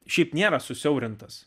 šiaip nėra susiaurintas